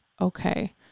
okay